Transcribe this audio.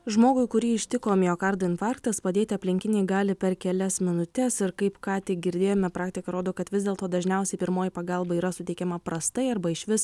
žmogui kurį ištiko miokardo infarktas padėti aplinkiniai gali per kelias minutes ir kaip ką tik girdėjome praktika rodo kad vis dėlto dažniausiai pirmoji pagalba yra suteikiama prastai arba išvis